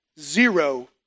zero